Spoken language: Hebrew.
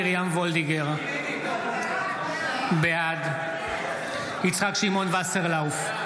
וולדיגר, בעד יצחק שמעון וסרלאוף,